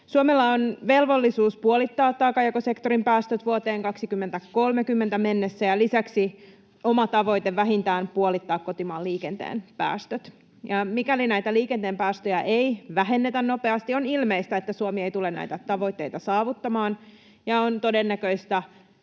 Suomella on velvollisuus puolittaa taakanjakosektorin päästöt vuoteen 2030 mennessä ja lisäksi oma tavoite vähintään puolittaa kotimaan liikenteen päästöt. Mikäli näitä liikenteen päästöjä ei vähennetä nopeasti, on ilmeistä, että Suomi ei tule näitä tavoitteita saavuttamaan, ja on todennäköistä,